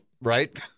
Right